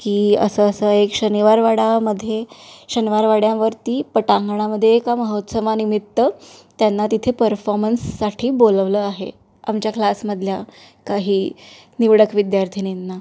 की असं असं एक शनिवारवाड्यामध्ये शनिवारवाड्यावरती पटांगणामध्ये एका महोत्सवानिमित्त त्यांना तिथे परफॉर्मन्ससाठी बोलावलं आहे आमच्या क्लासमधल्या काही निवडक विद्यार्थिनींना